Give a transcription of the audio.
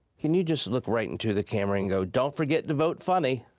can you just look right into the camera and go don't forget to vote funny!